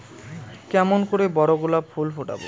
কেমন করে বড় গোলাপ ফুল ফোটাব?